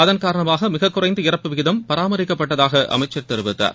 அதன் காரணமாக மிகக் குறைந்த இறப்பு விகிதம் பராமரிக்கப்பட்டதாக அமைச்சர் தெரிவித்தார்